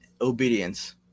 obedience